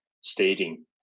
stating